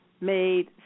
made